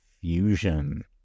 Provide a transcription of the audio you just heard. fusion